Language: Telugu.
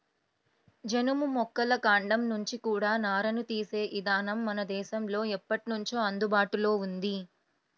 జనుము మొక్కల కాండం నుంచి కూడా నారని తీసే ఇదానం మన దేశంలో ఎప్పట్నుంచో అందుబాటులో ఉంది